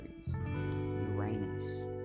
Uranus